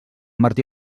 martí